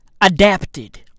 adapted